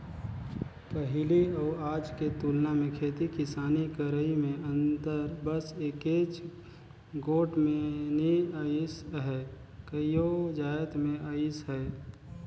पहिली अउ आज के तुलना मे खेती किसानी करई में अंतर बस एकेच गोट में नी अइस अहे कइयो जाएत में अइस अहे